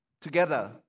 together